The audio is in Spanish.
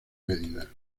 medida